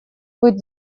быть